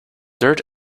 dirt